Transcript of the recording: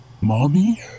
Mommy